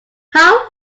how